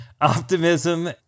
optimism